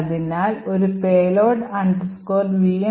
അതിനാൽ ഒരു payload vm